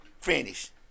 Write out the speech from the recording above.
Finish